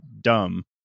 dumb